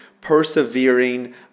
persevering